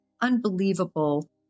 unbelievable